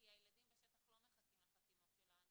כי הילדים בשטח לא מחכים לחתימות שלנו.